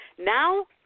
Now